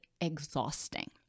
exhausting